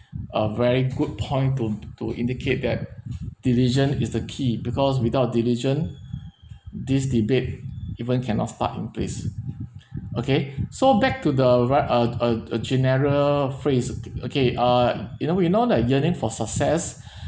a very good point to to indicate that diligent is the key because without diligent this debate even cannot start in place okay so back to the right uh uh uh general phrase okay uh you know when you know that yearning for success